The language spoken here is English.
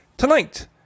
Tonight